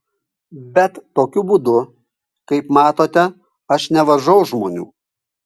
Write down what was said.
bet tokiu būdu kaip matote aš nevaržau žmonių